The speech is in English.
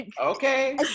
Okay